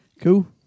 Cool